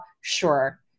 sure